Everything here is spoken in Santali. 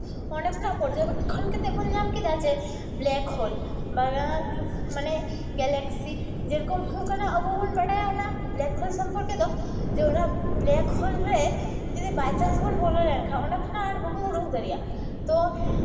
ᱚᱸᱰᱮ ᱠᱷᱚᱱᱟᱜ ᱯᱚᱨᱡᱚᱵᱮᱠᱠᱷᱚᱱ ᱠᱟᱛᱮᱫ ᱵᱚᱱ ᱧᱟᱢ ᱠᱮᱫᱟ ᱡᱮ ᱵᱞᱮᱠ ᱦᱳᱞ ᱢᱟᱱᱮ ᱜᱞᱟᱠᱥᱤ ᱡᱮᱨᱚᱠᱚᱢ ᱦᱩᱭᱩᱜ ᱠᱟᱱᱟ ᱟᱵᱚ ᱵᱚᱱ ᱵᱟᱰᱟᱭᱟ ᱚᱱᱟ ᱵᱞᱮᱠᱦᱳᱞ ᱥᱚᱢᱯᱚᱨᱠᱮ ᱫᱚ ᱡᱮ ᱚᱱᱟ ᱵᱞᱮᱠ ᱦᱳᱞ ᱨᱮ ᱡᱩᱫᱤ ᱵᱟᱭ ᱪᱟᱱᱥ ᱵᱚᱱ ᱵᱚᱞᱚ ᱞᱮᱱᱠᱷᱟᱱ ᱚᱸᱰᱮ ᱠᱷᱚᱱᱟᱜ ᱟᱨ ᱵᱟᱵᱚᱱ ᱩᱰᱩᱠ ᱫᱟᱲᱮᱭᱟᱜᱼᱟ ᱛᱳ